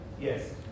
Yes